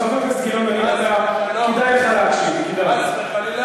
חבר הכנסת גילאון, כדאי לך להקשיב, כדאי לך.